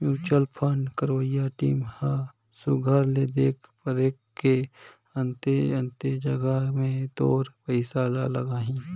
mutual fund करवइया team ह सुग्घर ले देख परेख के अन्ते अन्ते जगहा में तोर पइसा ल लगाहीं